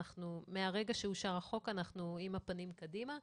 מהרגע שאושר החוק אנחנו עם הפנים קדימה.